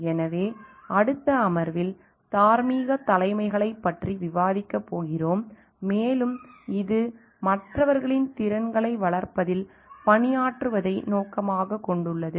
எனவே அடுத்த அமர்வில் தார்மீகத் தலைமையைப் பற்றி விவாதிக்கப் போகிறோம் மேலும் இது மற்றவர்களின் திறன்களை வளர்ப்பதில் பணியாற்றுவதை நோக்கமாகக் கொண்டுள்ளது